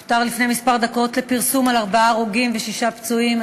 הותר לפני כמה דקות לפרסם שיש ארבעה הרוגים ושישה פצועים.